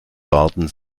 barden